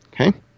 Okay